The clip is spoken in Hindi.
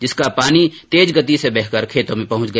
जिसका पानी तेज गति से बहकर खेतों में पहुंच गया